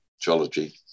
geology